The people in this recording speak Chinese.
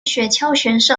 选手